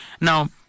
Now